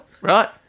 Right